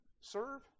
serve